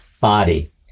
body